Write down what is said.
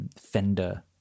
fender